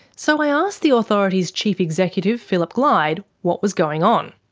so i asked the authority's chief executive phillip glyde what was going on.